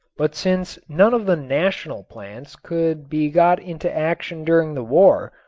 but since none of the national plants could be got into action during the war,